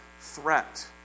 threat